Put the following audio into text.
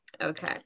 Okay